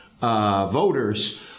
voters